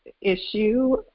issue